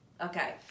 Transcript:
Okay